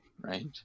Right